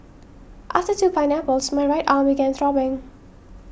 after two pineapples my right arm began throbbing